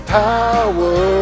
power